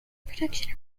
protection